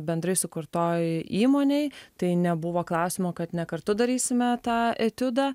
bendrai sukurtoje įmonėje tai nebuvo klausimo kad ne kartu darysime tą etiudą